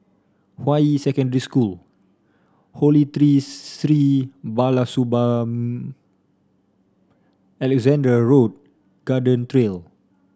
Hua Yi Secondary School Holy Tree Sri Balasubramaniar Alexandra Road Garden Trail